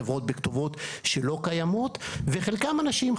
חברות בכתובות שלא קיימות וחלקם אנשים.